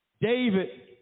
David